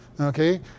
Okay